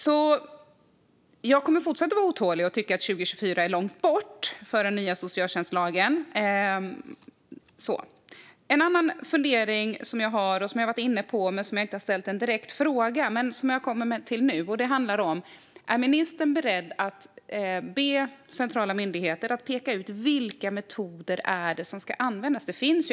Jag kommer alltså att fortsätta vara otålig och tycka att 2024 är långt bort när det gäller den nya socialtjänstlagen. Jag har en annan fundering. Jag har varit inne på den men har inte ställt någon direkt fråga. Är ministern beredd att be centrala myndigheter att peka ut vilka metoder som ska användas?